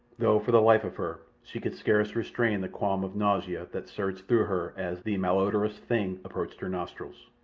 though for the life of her she could scarce restrain the qualm of nausea that surged through her as the malodorous thing approached her nostrils.